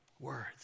Words